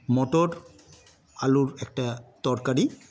মটর আলুর একটা তরকারি